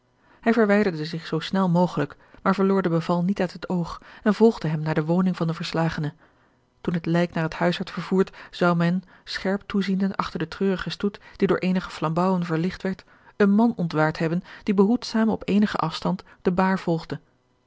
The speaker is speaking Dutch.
hij verwijderde zich zoo snel mogelijk maar verloor de beval niet uit het oog en volgde hem naar de woning van den verslagene toen het lijk naar huis werd vervoerd zou men scherp toeziende achter den treurigen stoet die door eenige flambouwen verlicht werd een man ontwaard hebben die behoedzaam op eenigen afstand de baar volgde